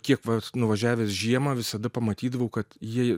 kiek vat nuvažiavęs žiemą visada pamatydavau kad ji